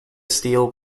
steel